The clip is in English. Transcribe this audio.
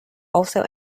also